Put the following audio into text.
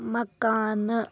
مکانہٕ